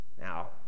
Now